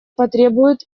потребуют